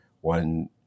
one